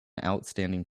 outstanding